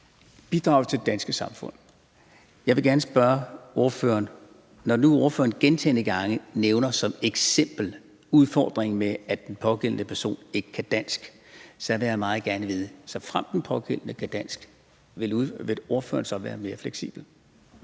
gør – til det danske samfund. Når nu ordføreren gentagne gange som eksempel nævner udfordringen med, at den pågældende person ikke kan dansk, så vil jeg meget gerne vide: Såfremt den pågældende kan dansk, vil ordføreren så være mere fleksibel?